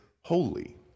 holy